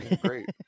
Great